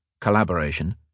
collaboration—